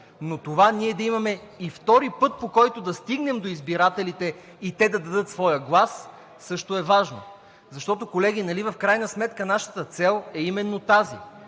Но това – да имаме втори път, по който да стигнем до избирателите и те да дадат своя глас, също е важно. Защото, колеги, в крайна сметка нашата цел е именно тази